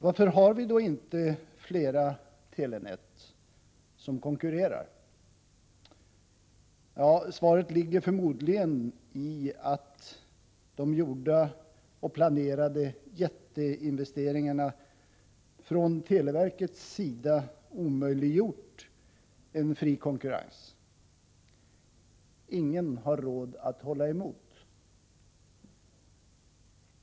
Varför har vi då inte flera telenät, som konkurrerar? Ja, svaret ligger förmodligen i att de gjorda och planerade jätteinvesteringarna från televerkets sida omöjliggjort en fri konkurrens. Ingen har råd att hålla emot.